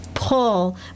pull